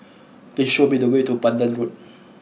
please show me the way to Pandan Road